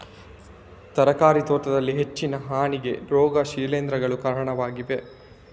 ತರಕಾರಿ ತೋಟದಲ್ಲಿ ಹೆಚ್ಚಿನ ಹಾನಿಗೆ ರೋಗ ಶಿಲೀಂಧ್ರಗಳು ಕಾರಣವಾಗಿವೆ